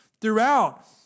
throughout